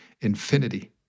infinity